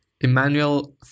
Emmanuel